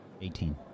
Eighteen